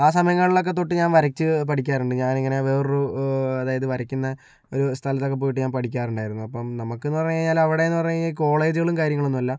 ആ സമയങ്ങളിലൊക്കെ തൊട്ട് ഞാൻ വരച്ച് പഠിക്കാറുണ്ട് ഞാൻ ഇങ്ങനെ വേറൊരു അതായത് വരക്കുന്ന ഒരു സ്ഥലത്ത് ഒക്കെ പോയിട്ട് ഞാൻ പഠിക്കാറുണ്ടായിരുന്നു അപ്പം നമുക്കെന്ന് പറഞ്ഞു കഴിഞ്ഞാൽ അവിടെ എന്ന് പറഞ്ഞു കഴിഞ്ഞാൽ കോളേജുകളും കാര്യങ്ങളൊന്നുമില്ല